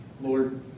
Lord